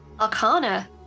arcana